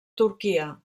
turquia